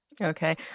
Okay